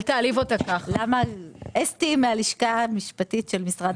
שצורת המשטר תהיה שהכלכלנית היא שמחליטה על